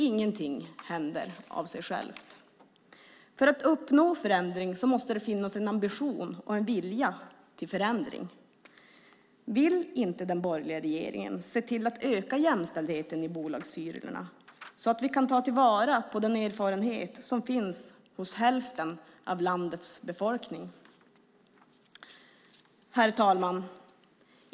Ingenting händer av sig självt. För att uppnå förändring måste det finnas en ambition och en vilja till förändring. Vill inte den borgerliga regeringen öka jämställdheten i bolagsstyrelserna så att vi kan ta till vara den erfarenhet som finns hos hälften av landets befolkning? Herr talman!